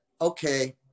okay